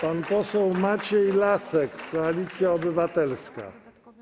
Pan poseł Maciej Lasek, Koalicja Obywatelska.